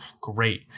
great